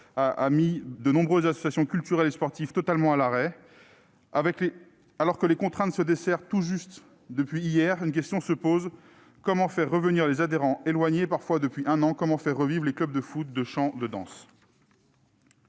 mis de nombreuses associations culturelles et sportives totalement à l'arrêt. Alors que les contraintes se desserrent tout juste depuis hier, une question se pose : comment faire revenir les adhérents, éloignés depuis parfois un an ? Comment faire revivre les clubs de foot, de chant, de danse ?